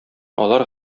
алар